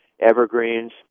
evergreens